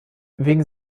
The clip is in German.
wegen